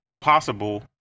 possible